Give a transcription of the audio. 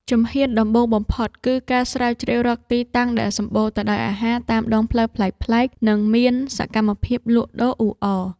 ជំហានដំបូងបំផុត គឺការស្រាវជ្រាវរកទីតាំងដែលសម្បូរទៅដោយអាហារតាមដងផ្លូវប្លែកៗ និងមានសកម្មភាពលក់ដូរអ៊ូអរ។